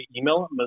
email